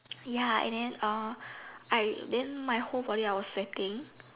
ya and then uh I then I my whole body is sweating